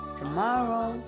tomorrow